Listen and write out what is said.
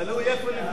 תלוי איפה לבנות.